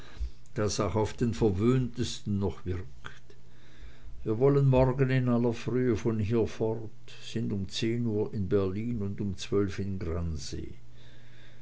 das auch auf den verwöhntesten noch wirkt wir wollen morgen in aller frühe von hier fort sind um zehn in berlin und um zwölf in gransee